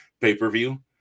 pay-per-view